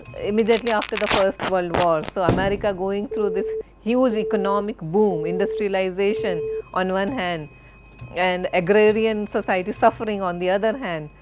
immediately after the first world war so america going through this huge economic boom, industrialization on one hand and agrarian society suffering on the other hand,